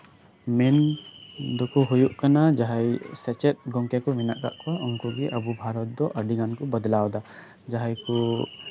ᱢᱮᱱ ᱫᱤᱠ ᱠᱚ ᱦᱳᱭᱳᱜ ᱠᱟᱱᱟ ᱡᱟᱦᱟᱸᱭ ᱥᱮᱪᱮᱫ ᱜᱚᱢᱠᱮ ᱠᱚ ᱢᱮᱱᱟᱜ ᱠᱟᱫ ᱠᱚ ᱩᱱᱠᱩ ᱠᱚᱜᱮ ᱟᱹᱰᱤ ᱜᱟᱱ ᱠᱚ ᱵᱚᱫᱞᱟᱣ ᱮᱫᱟ ᱡᱟᱦᱟᱸᱭ ᱠᱚ